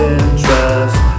interest